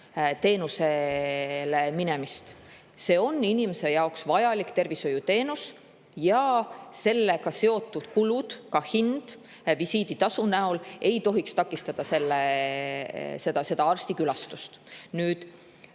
teenusele minemist. See on inimese jaoks vajalik tervishoiuteenus ja sellega seotud kulud, ka hind visiiditasu näol, ei tohiks takistada arstikülastust. Suur